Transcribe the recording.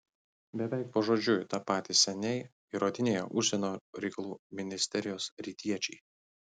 beveik pažodžiui tą patį seniai įrodinėjo užsienio reikalų ministerijos rytiečiai